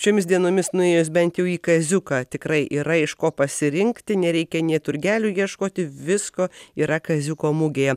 šiomis dienomis nuėjus bent jau į kaziuką tikrai yra iš ko pasirinkti nereikia nė turgelių ieškoti visko yra kaziuko mugėje